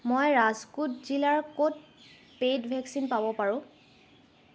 মই ৰাজকোট জিলাৰ ক'ত পে'ইড ভেকচিন পাব পাৰোঁ